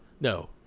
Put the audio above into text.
No